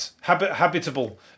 habitable